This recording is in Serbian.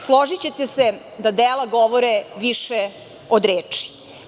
Složićete se da dela govore više od reči.